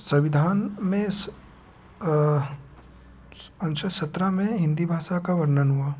संविधान में स सु अनुच्छेद सत्रह में हिंदी भाषा का वर्णन हुआ